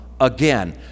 again